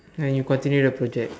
and you continue the project